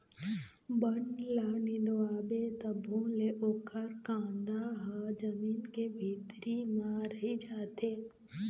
बन ल निंदवाबे तभो ले ओखर कांदा ह जमीन के भीतरी म रहि जाथे